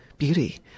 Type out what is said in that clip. Beauty